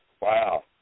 Wow